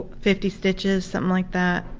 fifty stitches, something like that,